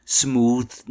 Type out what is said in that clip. smooth